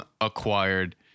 acquired